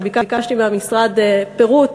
שביקשתי מהמשרד פירוט